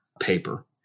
paper